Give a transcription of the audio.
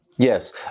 Yes